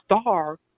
star